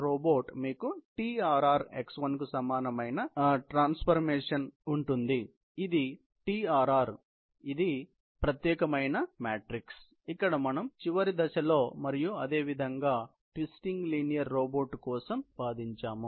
మీకు TRR x1 కు సమానమైన x ఇచ్చిన సమన్వయ పరివర్తన ఉంది ఇక్కడ TRR మళ్ళీ మీకు తెలుసా ఈ ప్రత్యేకమైన మాత్రిక ఇక్కడే మనం చివరి దశలో మరియు అదేవిధంగా TL రోబోట్ కోసం ఉత్పాదించాం